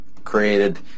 created